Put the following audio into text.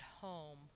home